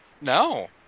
no